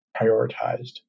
prioritized